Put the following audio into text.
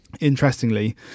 Interestingly